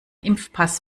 impfpass